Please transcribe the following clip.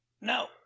No